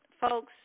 folks